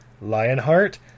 Lionheart